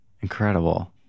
Incredible